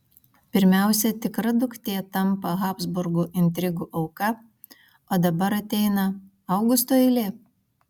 pirmiausia tikra duktė tampa habsburgų intrigų auka o dabar ateina augusto eilė